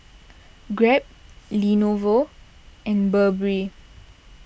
Grab Lenovo and Burberry